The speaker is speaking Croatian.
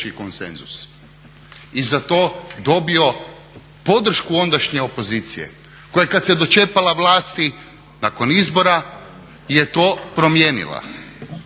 i za to dobio podršku ondašnje opozicije koja kad se je dočepala vlasti nakon izbora je to promijenila.